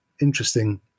Interesting